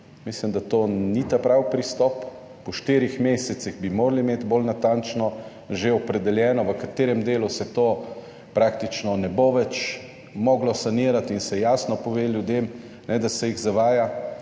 Mislim, da to ni pravi pristop. Po štirih mesecih bi morali imeti bolj natančno že opredeljeno v katerem delu se to praktično ne bo več moglo sanirati in se jasno pove ljudem, ne da se jih zavaja.